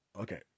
okay